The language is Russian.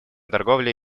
торговля